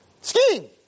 skiing